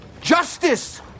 justice